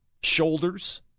shoulders